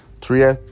Three